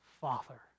Father